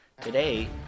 Today